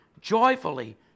joyfully